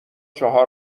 چعر